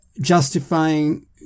justifying